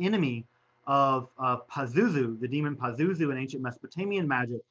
enemy of pazuzu, the demon pazuzu, in ancient mesopotamian magic.